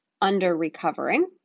under-recovering